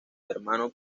germano